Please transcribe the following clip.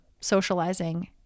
socializing